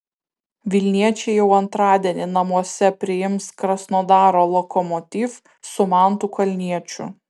vilniečiai jau antradienį namuose priims krasnodaro lokomotiv su mantu kalniečiu